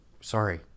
sorry